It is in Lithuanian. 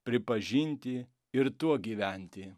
pripažinti ir tuo gyventi